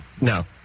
No